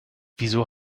wieso